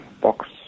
box